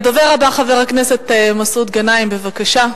הדובר הבא, חבר הכנסת מסעוד גנאים, בבקשה.